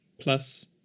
plus